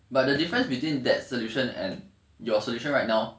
but the difference between that solution and your solution right now